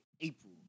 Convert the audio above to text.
April